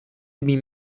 bin